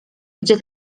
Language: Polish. gdzie